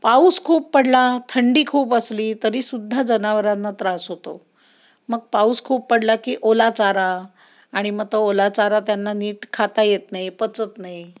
पाऊस खूप पडला थंडी खूप असली तरीसुद्धा जनावरांना त्रास होतो मग पाऊस खूप पडला की ओला चारा आणि मग तो ओला चारा त्यांना नीट खाता येत नाही पचत नाही